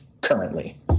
currently